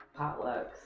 potlucks